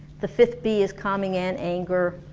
the fifth b is calming and anger